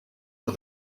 for